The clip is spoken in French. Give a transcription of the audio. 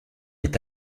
est